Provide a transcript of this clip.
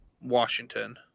Washington